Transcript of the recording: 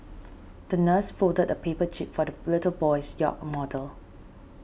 the nurse folded a paper jib for the little boy's yacht model